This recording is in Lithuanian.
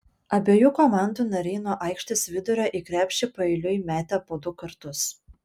abiejų komandų nariai nuo aikštės vidurio į krepšį paeiliui metė po du kartus